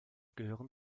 gehören